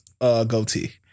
goatee